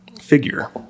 figure